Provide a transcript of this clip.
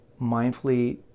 mindfully